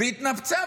והיא התנפצה,